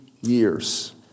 years